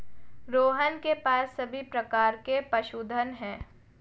रोहन के पास सभी प्रकार के पशुधन है